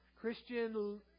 Christian